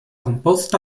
composta